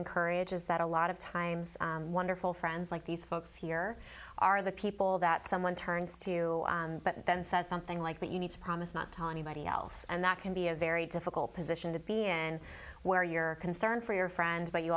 encourage is that a lot of times wonderful friends like these folks here are the people that someone turns to but then says something like that you need to promise not to anybody else and that can be a very difficult position to be in where you're concerned for your friend but you